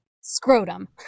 scrotum